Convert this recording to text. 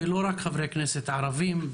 ולא רק חברי כנסת ערבים.